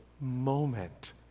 moment